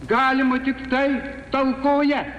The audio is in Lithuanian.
galima tik taip talkoje